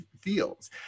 fields